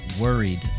worried